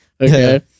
Okay